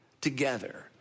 together